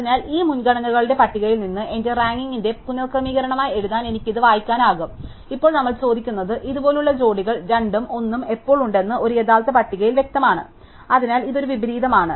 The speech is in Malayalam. അതിനാൽ ഈ മുൻഗണനകളുടെ പട്ടികയിൽ നിന്ന് എന്റെ റാങ്കിംഗിന്റെ പുനക്രമീകരണമായി എഴുതാൻ എനിക്ക് ഇത് വായിക്കാനാകും ഇപ്പോൾ നമ്മൾ ചോദിക്കുന്നത് ഇതുപോലുള്ള ജോഡികൾ 2 ഉം 1 ഉം എപ്പോൾ ഉണ്ടെന്ന് 1 യഥാർത്ഥ പട്ടികയിൽ വ്യക്തമാണ് അതിനാൽ ഇത് ഒരു വിപരീതമാണ്